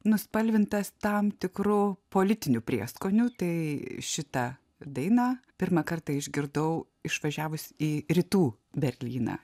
nuspalvintas tam tikru politiniu prieskoniu tai šitą dainą pirmą kartą išgirdau išvažiavus į rytų berlyną